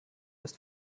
ist